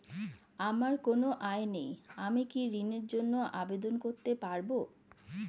আমার কোনো আয় নেই আমি কি ঋণের জন্য আবেদন করতে পারব?